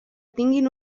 tinguin